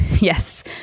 yes